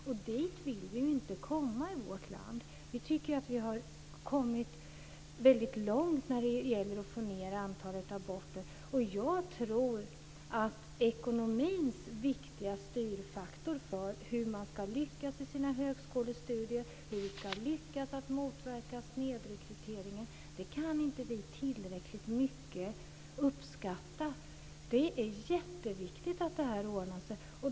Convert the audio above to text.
Dit vill vi inte komma i vårt land. Vi tycker att vi har kommit väldigt långt när det gäller att få ned antalet aborter. Jag tror att ekonomin är en viktig styrfaktor för hur studenterna ska lyckas i sina högskolestudier och för hur vi ska lyckas att motverka snedrekrytering. Vi kan inte tillräckligt mycket uppskatta det. Det är jätteviktigt att det ordnar sig.